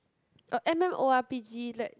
uh M M_O_R_P_G let